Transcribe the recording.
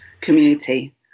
community